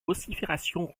vociférations